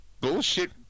bullshit